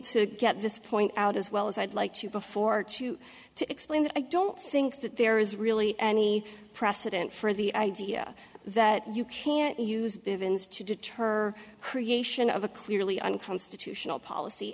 to get this point out as well as i'd like to before too to explain that i don't think that there is really any precedent for the idea that you can't use ivins to deter creation of a clearly unconstitutional policy